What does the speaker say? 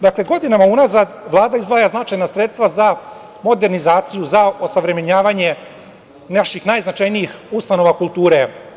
Dakle, godinama unazad Vlada izdvaja značajna sredstva za modernizaciju za osavremenjavanje naših najznačajnijih ustanova kulture.